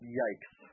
yikes